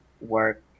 work